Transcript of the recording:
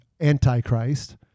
Antichrist